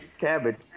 Cabbage